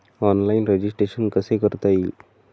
Online registration कसे करता येईल?